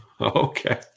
Okay